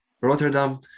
Rotterdam